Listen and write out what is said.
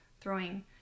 throwing